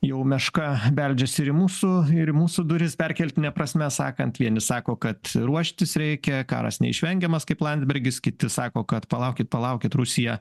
jau meška beldžiasi ir į mūsų ir į mūsų duris perkeltine prasme sakant vieni sako kad ruoštis reikia karas neišvengiamas kaip landsbergis kiti sako kad palaukit palaukit rusija